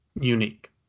unique